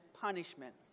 punishment